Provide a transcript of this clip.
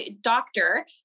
doctor